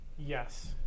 Yes